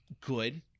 good